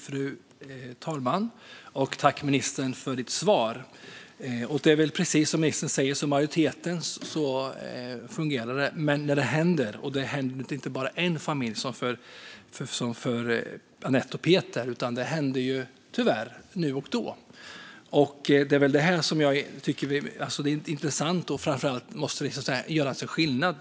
Fru talman! Tack, ministern, för svaret! Det är väl precis som ministern säger, att det fungerar i majoriteten av fall. Men tyvärr blir det fel då och då, inte bara för Annette och Peter.